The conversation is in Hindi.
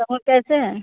अँगूर कैसे है